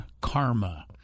karma